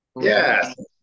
Yes